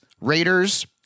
Raiders